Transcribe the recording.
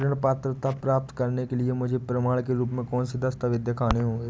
ऋण प्राप्त करने के लिए मुझे प्रमाण के रूप में कौन से दस्तावेज़ दिखाने होंगे?